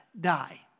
die